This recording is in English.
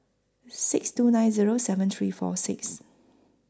six two nine Zero seven three four six